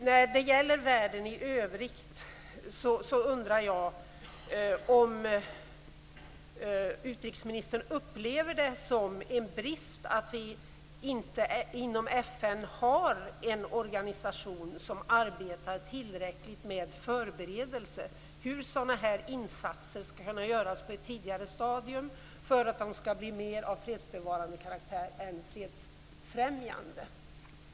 När det gäller världen i övrigt undrar jag om utrikesministern upplever det som en brist att vi inom FN inte har en organisation som arbetar tillräckligt med förberedelser, dvs. hur den här typen av insatser skall kunna göras på ett tidigare stadium för att de skall bli av mer fredsbevarande än fredsfrämjande karaktär.